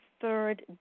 third